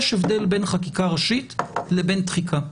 יש הבדל בין מה שנקבע בחקיקה ראשית לבין תחיקה.